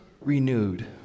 renewed